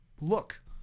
look